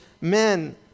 men